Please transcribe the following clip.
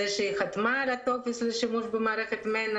שהיא חתמה על הטופס לשימוש במערכת מנ"ע,